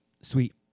Sweet